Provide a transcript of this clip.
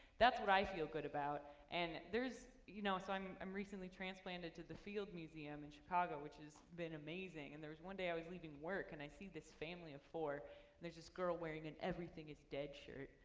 that's what i feel good about. and there's you know so i'm i'm recently transplanted to the field museum in chicago, which has been amazing and there was one day i was leaving work and i see this family of four. and there's this girl wearing an everything is dead shirt.